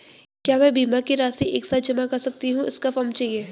क्या मैं बीमा की राशि एक साथ जमा कर सकती हूँ इसका फॉर्म चाहिए?